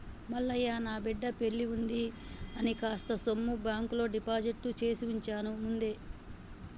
మల్లయ్య నా బిడ్డ పెల్లివుంది కదా అని కాస్త సొమ్ము బాంకులో డిపాజిట్ చేసివుంచాను ముందే